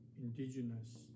indigenous